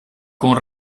con